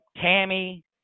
Tammy